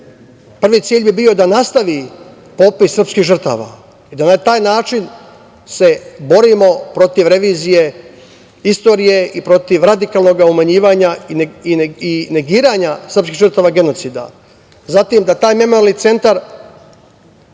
cilj bi bio da nastavi popis srpskih žrtava i da na taj način se borimo protiv revizije istorije i protiv radikalnog umanjivanja i negiranja srpskih žrtava genocida. Zatim, da taj memorijalni centar